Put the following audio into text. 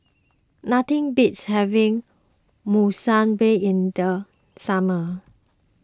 nothing beats having Monsunabe in the summer